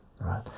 right